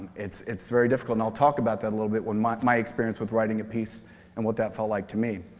it's it's very difficult. and i'll talk about that a little bit, my my experience with writing a piece and what that felt like to me.